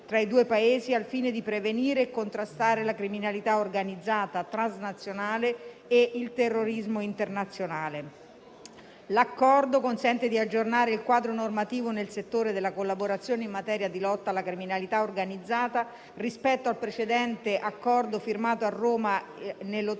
tra i due Paesi, al fine di prevenire e contrastare la criminalità organizzata transnazionale e il terrorismo internazionale. L'Accordo consente di aggiornare il quadro normativo nel settore della collaborazione in materia di lotta alla criminalità organizzata rispetto al precedente Accordo firmato a Roma nell'ottobre